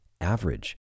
average